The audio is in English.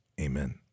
Amen